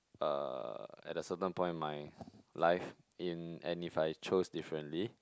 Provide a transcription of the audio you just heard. uh at a certain point in my life in and if I chose differently